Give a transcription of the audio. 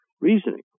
reasoning